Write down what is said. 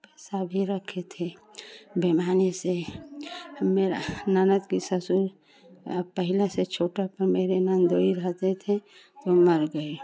पैसा भी रखे थे बेइमानी से मेरा ननद के ससुर पहले से छोटा पर मेरे ननदोई रहते थे वो मर गए